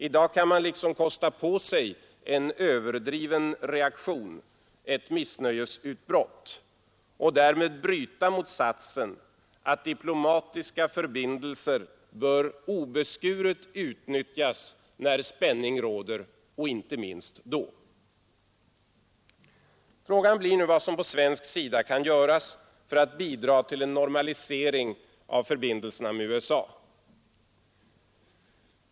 I dag kan man liksom kosta på sig en överdriven reaktion, ett missnöjesutbrott och därmed bryta mot satsen att diplomatiska förbindelser bör obeskuret utnyttjas när spänning råder och inte minst då. Frågan blir nu vad som från svensk sida kan göras för att bidra till en normalisering av förbindelserna med USA.